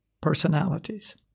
personalities